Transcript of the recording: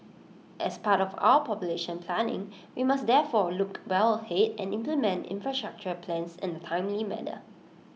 as part of our population planning we must therefore look well ahead and implement infrastructure plans in A timely manner